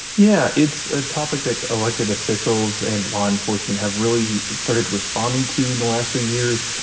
yeah, it's a topic that elected officials and law enforcement have really started responding to in the last few years,